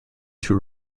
two